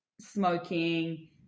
smoking